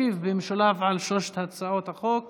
ישיב במשולב על שלוש הצעות החוק